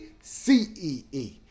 C-E-E